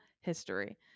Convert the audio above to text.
history